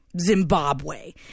Zimbabwe